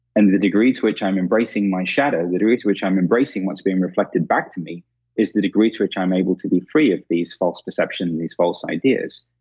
and the degree to which i'm embracing my shadow, the degree to which i'm embracing what's being reflected back to me is the degree to which i'm able to be free of these false perceptions and these false ideas,